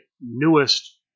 newest